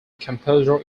composer